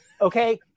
Okay